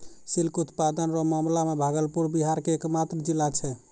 silk उत्पादन रो मामला मे भागलपुर बिहार के एकमात्र जिला छै